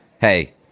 hey